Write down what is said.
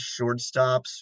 shortstops